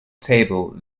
table